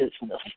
business